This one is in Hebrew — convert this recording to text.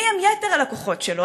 מי הם יתר הלקוחות שלו?